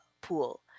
pool